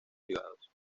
privados